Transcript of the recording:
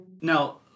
Now